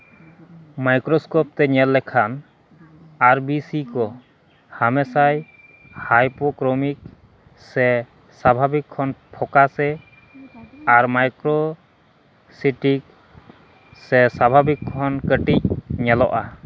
microscope ᱛᱮ ᱧᱮᱞ ᱞᱮᱠᱷᱟᱱ ᱟᱨ ᱵᱤ ᱥᱤ ᱠᱚ ᱦᱟᱢᱮᱥᱟᱭ ᱦᱟᱭᱯᱳ ᱠᱨᱚᱢᱤᱠ ᱥᱮ ᱥᱟᱵᱷᱟᱵᱤᱠ ᱠᱷᱚᱱ ᱯᱷᱳᱠᱟᱥᱮ ᱟᱨ ᱢᱟᱭᱠᱨᱳ ᱥᱤᱴᱤ ᱥᱮ ᱥᱟᱵᱷᱟᱵᱤᱠ ᱠᱷᱚᱱ ᱠᱟᱹᱴᱤᱡ ᱧᱮᱞᱚᱜᱼᱟ